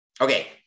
Okay